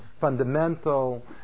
fundamental